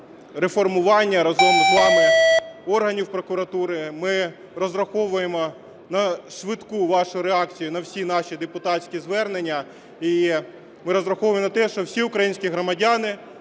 реформування разом з вами органів прокуратури. Ми розраховуємо на швидку вашу реакцію на всі наші депутатські звернення. І ми розраховуємо на те, що всі українські громадяни,